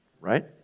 Right